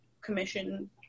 commission